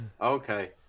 Okay